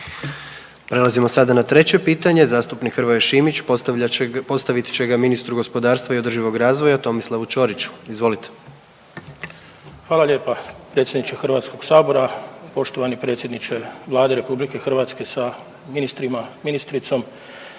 Prelazimo sada na treće pitanje, zastupnik Hrvoje Šimić postavit će ga ministru gospodarstva i održivog razvoja Tomislavu Ćoriću. Izvolite. **Šimić, Hrvoje (HDZ)** Hvala lijepa predsjedniče HS-a. Poštovane predsjedniče Vlade RH sa ministrima, ministricom.